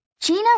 Gina